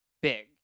big